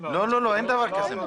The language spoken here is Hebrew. לא, אין דבר כזה.